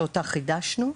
שחידשנו,